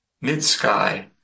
mid-sky